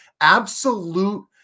absolute